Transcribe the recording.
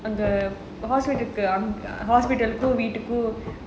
அந்த:antha hospital hospital வீட்டுக்கும்:veetukkum